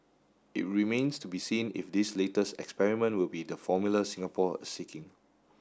it remains to be seen if this latest experiment will be the formula Singapore is sitting